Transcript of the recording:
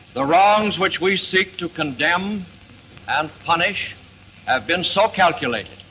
the wrongs which we seek to condemn and punish have been so calculated,